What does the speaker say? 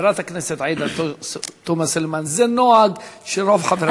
חברת הכנסת עאידה תומא סלימאן: זה נוהג של רוב חברי הכנסת.